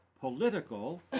political